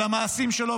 על המעשים שלו,